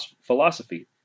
philosophy